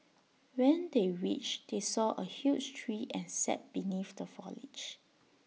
when they reached they saw A huge tree and sat beneath the foliage